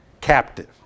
captive